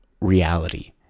reality